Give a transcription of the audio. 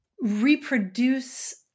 reproduce